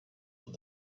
what